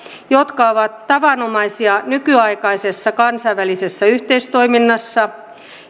jotka ovat tavanomaisia nykyaikaisessa kansainvälisessä yhteistoiminnassa